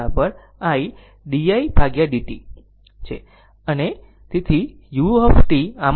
તેથી તે vt l d i td id t છે